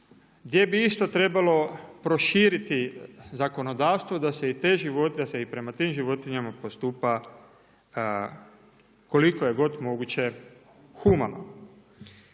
gdje bi isto trebalo proširiti zakonodavstvo da se i te životinje, da se i prema tim životinjama postupa koliko je god moguće humano.